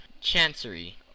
Chancery